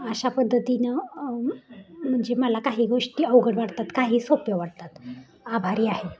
अशा पद्धतीनं म्हणजे मला काही गोष्टी अवघड वाटतात काही सोपे वाटतात आभारी आहे